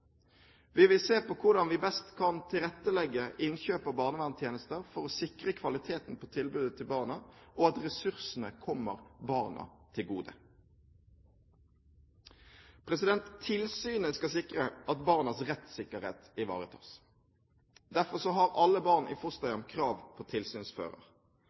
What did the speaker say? Vi vil se på hvordan vi best kan tilrettelegge innkjøp av barnevernstjenester for å sikre kvaliteten på tilbudet til barna og at ressursene kommer barna til gode. Tilsynet skal sikre at barnas rettssikkerhet ivaretas. Derfor har alle barn i fosterhjem krav på